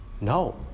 No